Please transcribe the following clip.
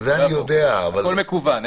הכל מקוון,